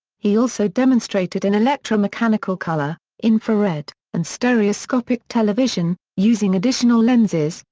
he also demonstrated an electromechanical color, infrared, and stereoscopic television, using additional lenses,